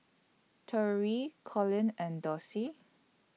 Torey Colin and Dossie